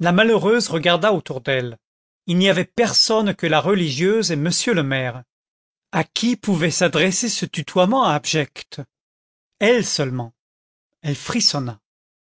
la malheureuse regarda autour d'elle il n'y avait personne que la religieuse et monsieur le maire à qui pouvait s'adresser ce tutoiement abject elle seulement elle frissonna